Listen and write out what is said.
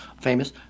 famous